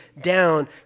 down